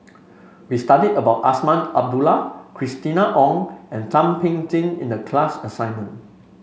we studied about Azman Abdullah Christina Ong and Thum Ping Tjin in the class assignment